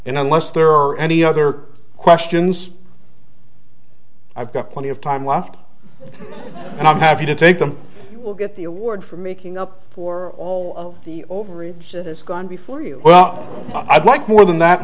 and unless there are any other questions i've got plenty of time left and i'm happy to take them you will get the award for making up for all of the overage that has gone before you well i'd like more than that in